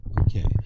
Okay